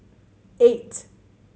eight